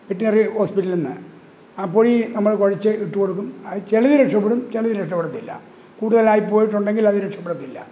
veterinary ഹോസ്പിറ്റലിന്ന് ആ പൊടി നമ്മള് കുഴച്ച് ഇട്ട് കൊടുക്കും അത് ചെലത് രക്ഷപ്പെടും ചെലത് രക്ഷപ്പെടത്തില്ല കൂടുതലായി പോയിട്ടുണ്ടെങ്കിൽ അത് രക്ഷപ്പെടത്തില്ല